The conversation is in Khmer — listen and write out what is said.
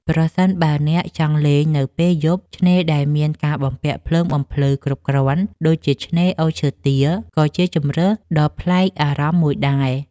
ប្រសិនបើអ្នកចង់លេងនៅពេលយប់ ឆ្នេរដែលមានការបំពាក់ភ្លើងបំភ្លឺគ្រប់គ្រាន់ដូចជាឆ្នេរអូឈើទាល ក៏ជាជម្រើសដ៏ប្លែកអារម្មណ៍មួយដែរ។